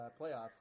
playoff